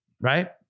right